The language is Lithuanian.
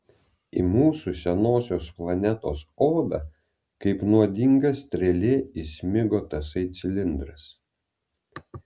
į mūsų senosios planetos odą kaip nuodinga strėlė įsmigo tasai cilindras